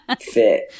fit